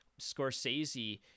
Scorsese